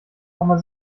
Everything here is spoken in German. nochmal